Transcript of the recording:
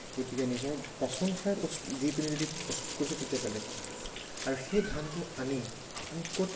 গতিকে নিজৰ পচন সাৰ প্ৰস্তু দি পিনে যদি প্ৰস্তুত কৰিছে তেতিয়া বেলেগ কথা আৰু সেই ধানটো আনি আমি ক'ত